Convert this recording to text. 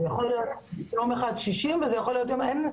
זה יכול להיות יום אחד 60,000 וביום אחר מספר אחר.